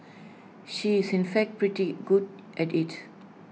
she is in fact pretty good at IT